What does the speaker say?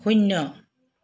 শূন্য